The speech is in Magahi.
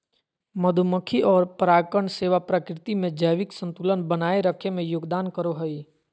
मधुमक्खी और परागण सेवा प्रकृति में जैविक संतुलन बनाए रखे में योगदान करो हइ